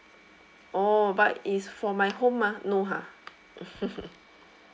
oh but it's for my home mah no ha